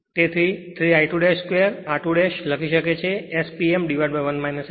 તેથી 3 I2 2 r2લખી શકે છે S P m1 S